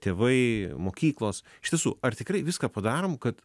tėvai mokyklos iš tiesų ar tikrai viską padarom kad